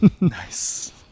nice